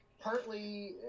partly